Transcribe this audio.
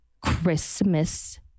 Christmas